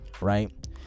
right